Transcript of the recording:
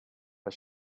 but